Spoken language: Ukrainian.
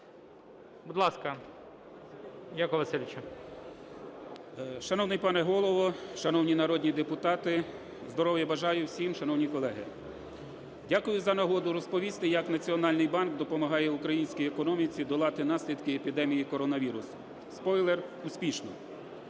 Будь ласка, Якове Васильовичу. 11:33:11 СМОЛІЙ Я.В. Шановний пане Голово, шановні народні депутати! Здоров'я бажаю всім, шановні колеги! Дякую за нагоду розповісти, як Національний банк допомагає українській економіці долати наслідки епідемії коронавірусу. Спойлер - успішно.